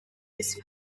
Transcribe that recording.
his